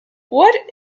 what